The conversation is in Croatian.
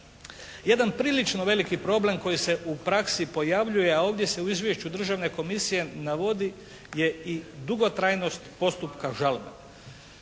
Jedan prilično veliki problem koji se u praksi pojavljuje a ovdje se u Izvješću Državne komisije navodi je i dugotrajnost postupka žalbe.